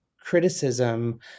criticism